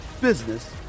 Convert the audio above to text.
business